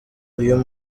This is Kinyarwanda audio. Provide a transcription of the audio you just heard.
uyu